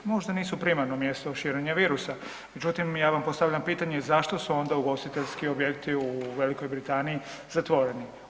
Možda nisu primarno mjesto širenja virusa, međutim, ja vam postavljam pitanje zašto su onda ugostiteljski objekti u Velikoj Britaniji zatvoreni?